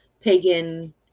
pagan